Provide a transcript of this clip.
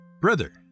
Brother